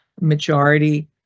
majority